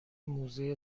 موزه